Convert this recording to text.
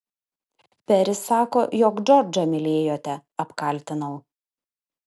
peris sako jog džordžą mylėjote apkaltinau